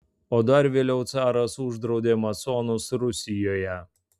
o dar vėliau caras uždraudė masonus rusijoje